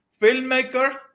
filmmaker